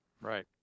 Right